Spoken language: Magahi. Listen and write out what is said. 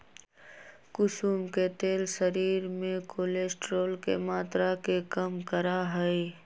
कुसुम के तेल शरीर में कोलेस्ट्रोल के मात्रा के कम करा हई